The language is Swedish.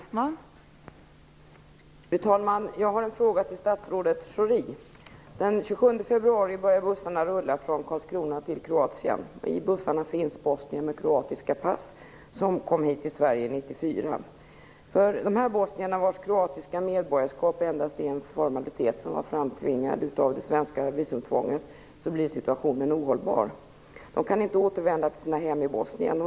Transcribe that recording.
Fru talman! Jag har en fråga till statsrådet Schori. Karlskrona till Kroatien. I bussarna finns bosnier med kroatiska pass som kom hit till Sverige 1994. För dessa bosnier, vilkas kroatiska medborgarskap endast var en formalitet som var framtvingad av det svenska visumtvånget, blir situationen ohållbar. De kan inte återvända till sina hem i Bosnien.